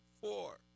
four